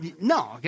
no